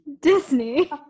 Disney